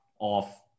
of-